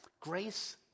Grace